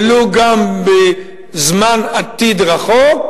ולו גם לזמן עתיד רחוק.